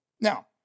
Now